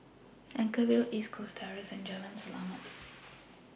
Anchorvale LINK East Coast Terrace and Jalan Selamat